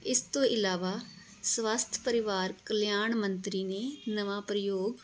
ਇਸ ਤੋਂ ਇਲਾਵਾ ਸਵੱਸਥ ਪਰਿਵਾਰ ਕਲਿਆਣ ਮੰਤਰੀ ਨੇ ਨਵਾਂ ਪ੍ਰਯੋਗ